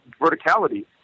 verticality